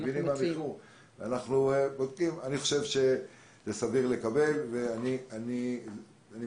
מבינים מה הם --- אני חושב שזה סביר לקבל ואני מסכם,